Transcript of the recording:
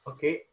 Okay